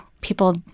people